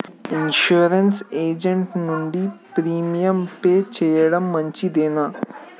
Insurance agent నుండి premium pay చేయడం మంచిదేనా?